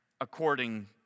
according